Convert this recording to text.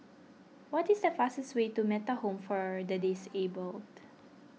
what is the fastest way to Metta Home for the Disabled